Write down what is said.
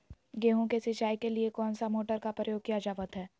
गेहूं के सिंचाई के लिए कौन सा मोटर का प्रयोग किया जावत है?